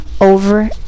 over